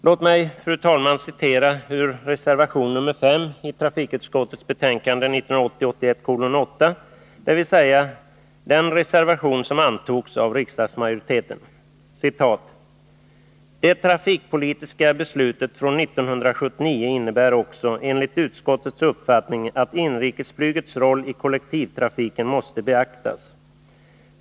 Låt mig, fru talman, citera ur reservation nr 5 i trafikutskottets betänkande 1980/81:8, dvs. den reservation som antogs av riksdagsmajoriteten: ”Det trafikpolitiska beslutet från 1979 innebar också enligt utskottets uppfattning att inrikesflygets roll i kollektivtrafiken måste beaktas.